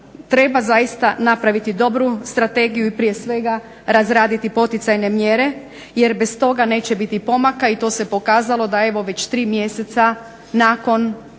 treba napraviti zaista dobru strategiju i prije svega razraditi poticajne mjere jer bez toga neće biti pomaka i to se pokazalo da evo već tri mjeseca nakon zadnje